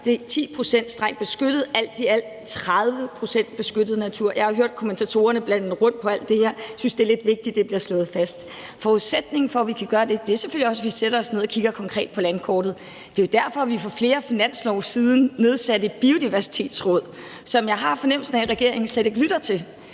levere 10 pct. strengt beskyttet natur og alt i alt 30 pct. beskyttet natur. Jeg har hørt kommentatorerne blande alt det her sammen, så jeg synes, det er lidt vigtigt, at det bliver slået fast. Forudsætningen for, at vi kan gøre det, er selvfølgelig også, at vi sætter os ned og kigger konkret på landkortet. Det er jo derfor, at vi for flere finanslove siden nedsatte et Biodiversitetsråd, som jeg har fornemmelsen af at regeringen slet ikke lytter til.